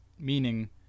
Meaning